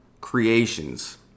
creations